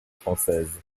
française